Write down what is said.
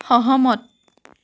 সহমত